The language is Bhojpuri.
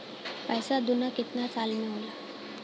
पैसा दूना कितना साल मे होला?